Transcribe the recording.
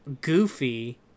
goofy